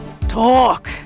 Talk